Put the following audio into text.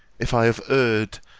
if i have erred,